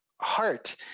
heart